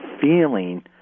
feeling